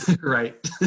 Right